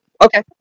Okay